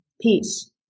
peace